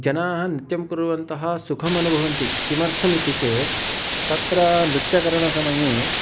जनाः नित्यं कुर्वन्तः सुखमनुभवन्ति किमर्थमिति चेत् तत्र नृत्यकरणसमये